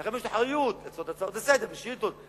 לכם יש האחריות לעשות הצעות לסדר-היום ושאילתות,